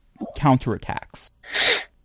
counterattacks